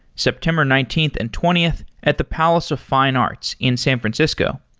september nineteenth and twentieth at the palace of fine arts in san francisco.